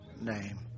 name